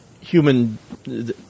human